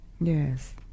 Yes